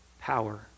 power